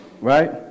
Right